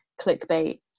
clickbait